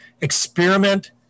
experiment